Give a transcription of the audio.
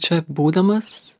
čia būdamas